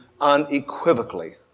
unequivocally